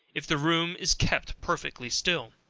if the room is kept perfectly still.